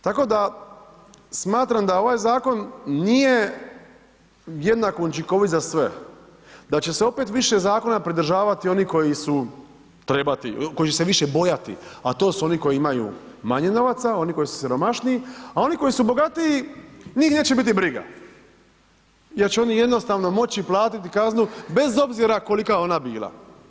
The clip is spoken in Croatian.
Tako da smatram da ovaj zakon nije jednako učinkovit za sve, da će se opet više zakona pridržavati oni koji su, trebati, koji će se više bojati a to su oni koji imaju manje novaca, oni koji su siromašniji a oni koji su bogatiji njih neće biti briga jer će oni jednostavno moći platiti kaznu bez obzira kolika ona bila.